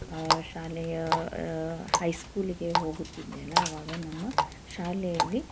ಶಾಲೆಯ ಹೈಸ್ಕೂಲಿಗೆ ಹೋಗುತ್ತಿದ್ದೆಯಲ್ಲ ಆವಾಗ ನಮ್ಮ ಶಾಲೆಯಲ್ಲಿ